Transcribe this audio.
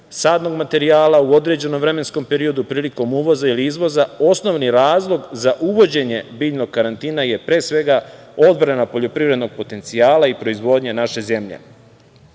sadnog materijala u određenom vremenskom periodu, prilikom uvoza ili izvoza. Osnovni razlog za uvođenje biljnog karantina je pre svega odbrana poljoprivrednog potencijala i proizvodnja naše zemlje.